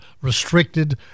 restricted